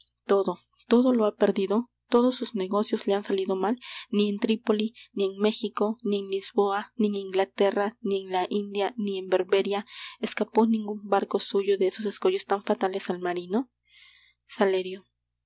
todo todo lo ha perdido todos sus negocios le han salido mal ni en trípoli ni en méjico ni en lisboa ni en inglaterra ni en la india ni en berberia escapó ningun barco suyo de esos escollos tan fatales al marino salerio